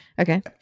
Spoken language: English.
Okay